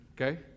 okay